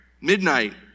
Midnight